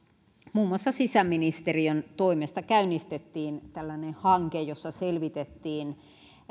muun muassa sisäministeriön toimesta käynnistettiin hanke jossa selvitettiin